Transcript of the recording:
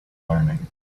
learning